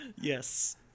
Yes